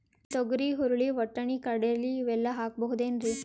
ತೊಗರಿ, ಹುರಳಿ, ವಟ್ಟಣಿ, ಕಡಲಿ ಇವೆಲ್ಲಾ ಹಾಕಬಹುದೇನ್ರಿ?